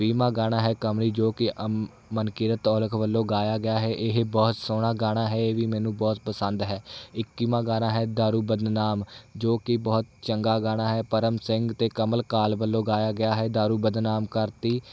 ਵੀਹਵਾਂ ਗਾਣਾ ਹੈ ਕਮਲੀ ਜੋ ਕਿ ਅਮ ਮਨਕੀਰਤ ਔਲਖ ਵੱਲੋਂ ਗਾਇਆ ਗਿਆ ਹੈ ਇਹ ਬਹੁਤ ਸੋਹਣਾ ਗਾਣਾ ਹੈ ਇਹ ਵੀ ਮੈਨੂੰ ਬਹੁਤ ਪਸੰਦ ਹੈ ਇੱਕੀਵਾਂ ਗਾਣਾ ਹੈ ਦਾਰੂ ਬਦਨਾਮ ਜੋ ਕਿ ਬਹੁਤ ਚੰਗਾ ਗਾਣਾ ਹੈ ਪਰਮ ਸਿੰਘ ਅਤੇ ਕਮਲ ਕਾਲ ਵੱਲੋਂ ਗਾਇਆ ਗਿਆ ਹੈ ਦਾਰੂ ਬਦਨਾਮ ਕਰਤੀ